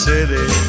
City